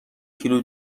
کیلو